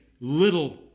little